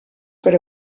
per